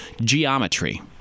geometry